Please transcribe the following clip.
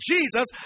Jesus